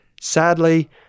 sadly